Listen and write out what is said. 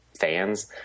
fans